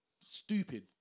Stupid